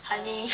honey